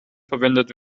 verwendet